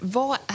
vad